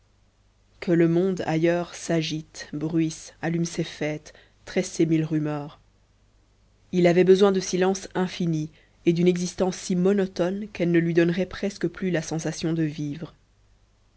que le monde ailleurs s'agite bruisse allume ses fêtes tresse ses mille rumeurs il avait besoin de silence infini et d'une existence si monotone qu'elle ne lui donnerait presque plus la sensation de vivre